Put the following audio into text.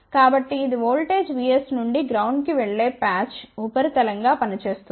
కాబట్టి ఇది voltage Vs నుండి గ్రౌండ్ కి వెళ్ళే ప్యాచ్ ఉపరితలం గా పని చేస్తుంది